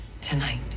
tonight